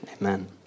amen